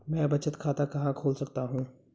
मैं बचत खाता कहां खोल सकता हूं?